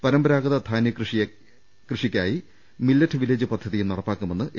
പരമ്പരാഗത ധാന്യ കൃഷിക്കായി മില്ലറ്റ് വില്ലേജ് പദ്ധതിയും നടപ്പാക്കുമെന്ന് എ